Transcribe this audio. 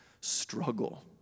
struggle